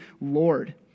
Lord